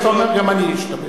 אתה אומר: גם אני אשתמש.